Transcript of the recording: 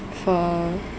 for